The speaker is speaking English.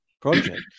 project